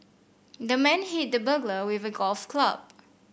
the man hit the burglar with a golf club